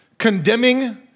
condemning